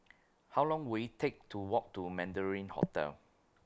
How Long Will IT Take to Walk to Mandarin Hotel